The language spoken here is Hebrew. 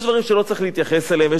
יש דברים שלא צריך להתייחס אליהם ויש